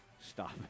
Stop